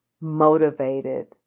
motivated